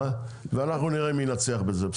ואנחנו נראה מי ינצח בזה,